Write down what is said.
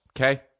okay